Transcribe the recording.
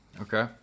Okay